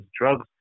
drugs